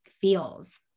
feels